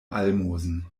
almosen